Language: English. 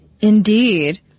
Indeed